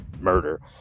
murder